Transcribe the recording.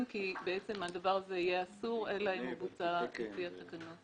כי בעצם הדבר הזה יהיה אסור אלא אם הוא בוצע לפי התקנות.